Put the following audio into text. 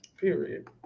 Period